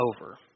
over